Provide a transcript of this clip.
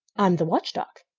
i'm the watchdog.